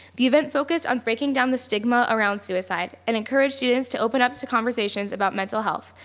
the event focused on breaking down the stigma around suicide and encouraged students to open up to conversations about mental health,